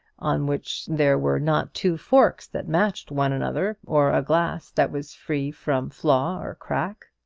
on which there were not two forks that matched one another, or a glass that was free from flaw or crack.